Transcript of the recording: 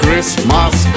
Christmas